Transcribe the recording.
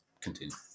continue